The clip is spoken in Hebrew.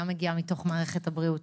גם מגיעה מתוך מערכת הבריאות.